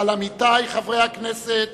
על עמיתי חברי הכנסת